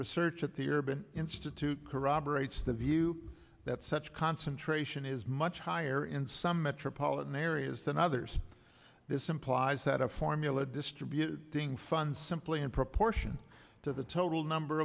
research at the urban institute corroborates the view that such concentration is much higher in some metropolitan areas than others this implies that a formula distributing funds simply in proportion to the total number